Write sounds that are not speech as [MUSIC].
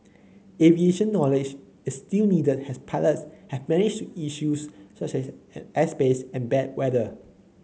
aviation knowledge is still needed as pilots have manage issues such as [UNINTELLIGIBLE] airspace and bad weather